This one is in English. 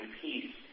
peace